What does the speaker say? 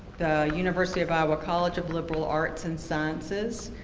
the university of iowa college of liberal arts and sciences,